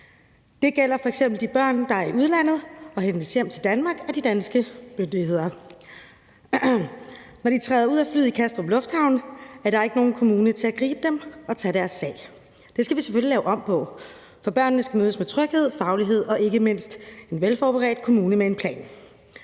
Det gælder f.eks. de børn, der er i udlandet og hentes hjem til Danmark af de danske myndigheder. Når de træder ud af flyet i Kastrup Lufthavn, er der ikke nogen kommune til at gribe dem og tage deres sag. Det skal vi selvfølgelig lave om på, for børnene skal mødes med tryghed, faglighed og ikke mindst en velforberedt kommune med en plan.